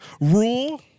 rule